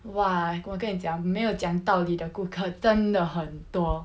!wah! 我跟你讲没有讲道理的顾客真的很多